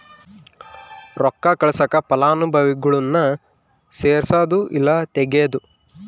ರೊಕ್ಕ ಕಳ್ಸಾಕ ಫಲಾನುಭವಿಗುಳ್ನ ಸೇರ್ಸದು ಇಲ್ಲಾ ತೆಗೇದು